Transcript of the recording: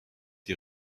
die